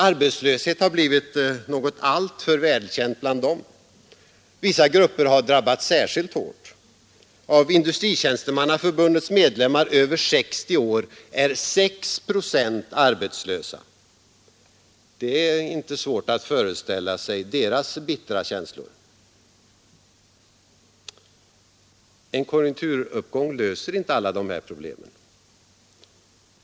Arbetslöshet har blivit något alltför välkänt bland dem. Vissa grupper har drabbats särskilt hårt. Av Industritjänstemannaförbundets medlemmar över 60 år är 6 procent arbetslösa. Det är inte svårt att föreställa sig deras bittra känslor. En konjunkturuppgång löser inte alla dessa problem.